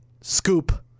Scoop